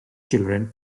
children